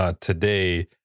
today